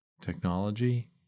technology